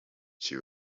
she